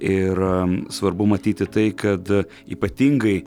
ir svarbu matyti tai kad ypatingai